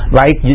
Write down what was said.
right